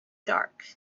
dark